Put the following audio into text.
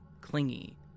clingy